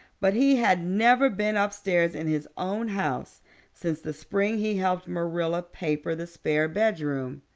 but he had never been upstairs in his own house since the spring he helped marilla paper the spare bedroom,